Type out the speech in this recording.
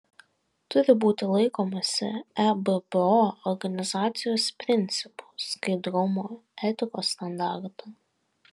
turi būti laikomasi ebpo organizacijos principų skaidrumo etikos standartų